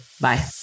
Bye